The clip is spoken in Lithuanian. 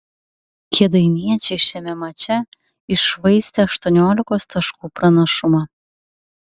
kėdainiečiai šiame mače iššvaistė aštuoniolikos taškų pranašumą